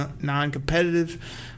non-competitive